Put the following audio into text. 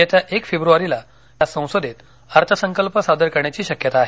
येत्या एक फेब्रवारीला त्या संसदेत अर्थसंकल्प सादर करण्याची शक्यता आहे